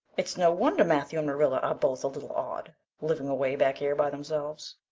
it's no wonder matthew and marilla are both a little odd, living away back here by themselves.